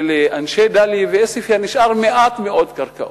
ולאנשי דאליה ועוספיא נשארו מעט מאוד קרקעות.